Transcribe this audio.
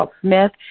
Smith